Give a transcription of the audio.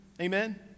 Amen